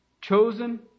chosen